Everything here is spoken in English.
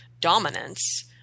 dominance